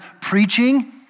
preaching